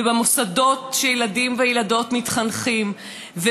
ובמוסדות שילדים וילדות מתחנכים בהם,